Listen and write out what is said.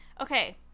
okay